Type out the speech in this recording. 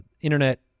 internet